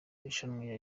irushanwa